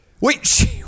Wait